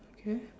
okay